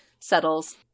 settles